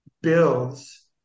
builds